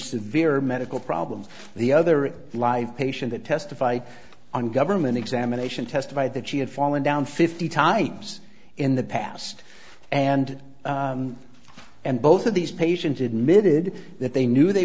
severe medical problems the other live patients that testify on government examination testified that she had fallen down fifty times in the past and and both of these patients admitted that they knew they